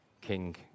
king